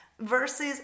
versus